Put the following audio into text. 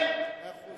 מה הגירעון?